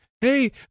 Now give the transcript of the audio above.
hey